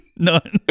None